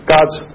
God's